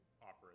operate